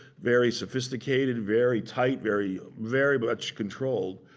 very sophisticated, very tight, very, very much controlled.